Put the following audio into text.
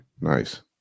Nice